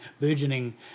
burgeoning